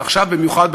ועכשיו במיוחד,